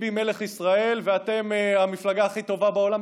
מלך ישראל ואתם המפלגה הכי טובה בעולם,